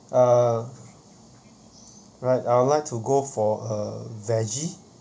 uh right I would like to go for a veggie